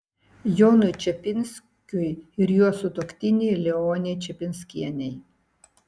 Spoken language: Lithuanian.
jonui čepinskiui ir jo sutuoktinei leonei čepinskienei